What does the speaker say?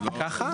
ככה?